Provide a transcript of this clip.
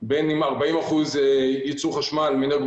בין אם 40 אחוזים ייצור חשמל מאנרגיות